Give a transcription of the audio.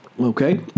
Okay